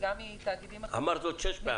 וגם מתאגידים אחרים -- אמרת זאת שש פעמים.